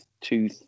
two